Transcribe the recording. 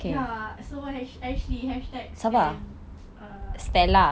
ya so ashley hashtag um